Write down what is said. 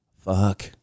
Fuck